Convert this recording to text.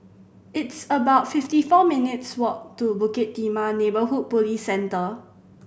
it's about fifty four minutes' walk to Bukit Timah Neighbourhood Police Center